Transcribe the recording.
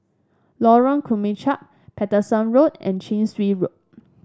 Lorong Kemunchup Paterson Road and Chin Swee Road